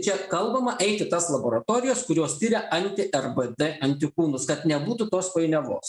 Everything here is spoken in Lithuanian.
čia kalbama eit į tas laboratorijos kurios tiria anti rbd antikūnus kad nebūtų painiavos